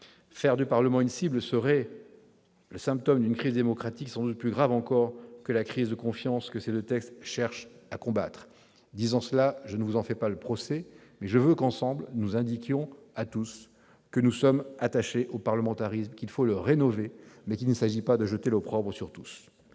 Faire du Parlement une cible serait le symptôme d'une crise démocratique sans doute plus grave encore que la crise de confiance que ces deux textes cherchent à combattre. En disant cela, je ne vous en fais pas le procès. Au contraire, je souhaite que nous indiquions à tous, ensemble, que nous sommes attachés au parlementarisme, qu'il convient de rénover. Il ne s'agit pas de jeter l'opprobre sur tous.